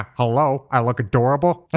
hello! i look adorable?